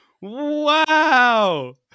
Wow